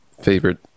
favorite